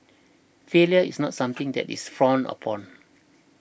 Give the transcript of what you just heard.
failure is not something that is frowned upon